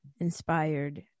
inspired